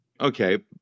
Okay